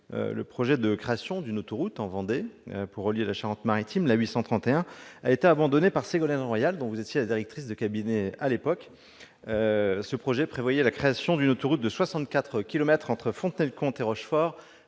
le projet de création de l'autoroute A 831 pour relier la Vendée et la Charente-Maritime a été abandonné par Ségolène Royal, dont vous étiez la directrice de cabinet à l'époque. Ce projet prévoyait la création d'une autoroute de 64 kilomètres entre Fontenay-le-Comte et Rochefort,